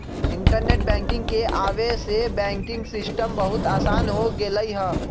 internet banking के आवे से बैंकिंग सिस्टम बहुत आसान हो गेलई ह